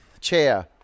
chair